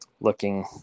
looking